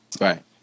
Right